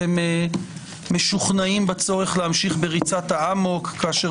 אתם משוכנעים בצורך להמשיך בריצת האמוק כאשר